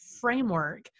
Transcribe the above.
framework